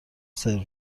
سرو